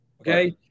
okay